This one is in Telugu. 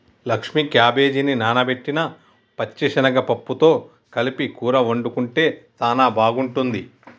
లక్ష్మీ క్యాబేజిని నానబెట్టిన పచ్చిశనగ పప్పుతో కలిపి కూర వండుకుంటే సానా బాగుంటుంది